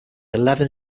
eleven